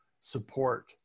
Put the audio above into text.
support